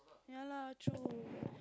yeah lah true